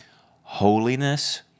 holiness